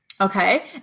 okay